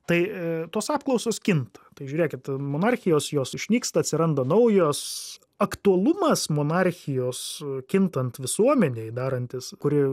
tai tos apklausos kinta tai žiūrėkit monarchijos jos išnyksta atsiranda naujos aktualumas monarchijos kintant visuomenei darantis kuri